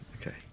Okay